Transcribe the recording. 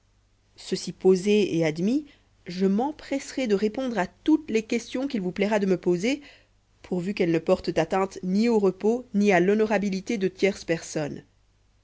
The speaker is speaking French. ceci posé et admis je m'empresserai de répondre à toutes les questions qu'il vous plaira de me poser pourvu qu'elles ne portent atteinte ni au repos ni à l'honorabilité de tierces personnes